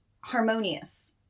harmonious